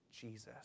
Jesus